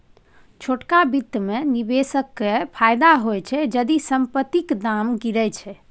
छोटका बित्त मे निबेशक केँ फायदा होइ छै जदि संपतिक दाम गिरय छै